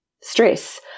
stress